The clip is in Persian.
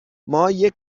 مایه